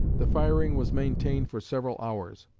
the firing was maintained for several hours,